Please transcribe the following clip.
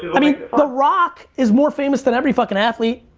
i mean, the rock is more famous than every fucking athlete.